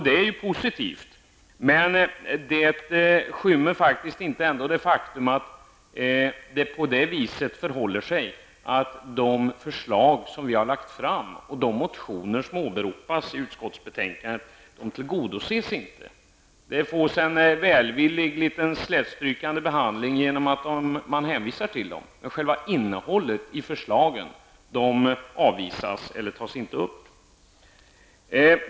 Det är postivt, men det skymmer ändå inte det faktum attv de förslag som vi har lagt fram, och de motioner som åberopas i utskottsbetänkandet, inte tillgodoses. De får en välvillig behandling genom att man hänvisar till dem. Men själva innehållet i förslagen avvisas, eller tas inte upp.